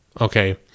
Okay